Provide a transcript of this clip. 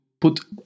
put